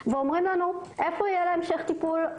ואומרים לנו איפה יהיה המשך טיפול?